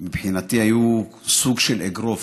מבחינתי היו סוג של אגרוף,